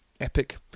epic